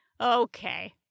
okay